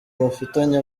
bafitanye